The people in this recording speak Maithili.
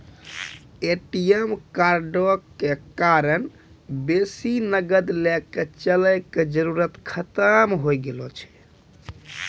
ए.टी.एम कार्डो के कारण बेसी नगद लैके चलै के जरुरत खतम होय गेलो छै